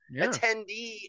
attendee